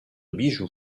bijoux